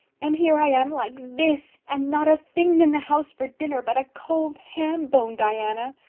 and here i am like this. and not a thing in the house for dinner but a cold ham bone, diana!